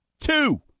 Two